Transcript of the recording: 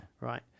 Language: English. Right